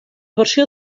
versió